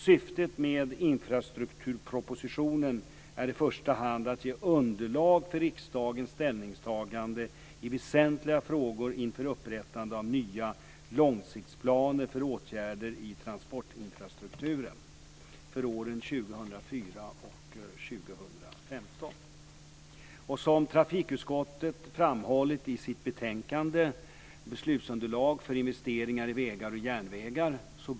Syftet med infrastrukturpropositionen är i första hand att ge underlag för riksdagens ställningstagande i väsentliga frågor inför upprättande av nya långsiktsplaner för åtgärder i transportinfrastrukturen för åren 2004-2015. Som trafikutskottet framhållit i sitt betänkande Beslutsunderlag för investeringar i vägar och järnvägar (bet.